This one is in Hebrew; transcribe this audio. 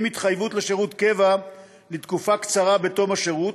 התחייבות לשירות קבע לתקופה קצרה בתום השירות,